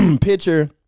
picture